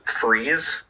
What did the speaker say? freeze